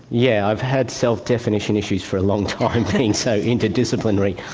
yeah i've had self-definition issues for a long time, being so interdisciplinary,